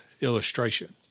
illustration